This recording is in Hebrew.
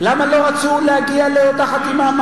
למה לא רצו להגיע לאותה חתימה?